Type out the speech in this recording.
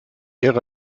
ära